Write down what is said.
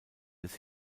des